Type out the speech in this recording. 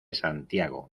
santiago